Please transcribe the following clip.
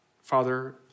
Father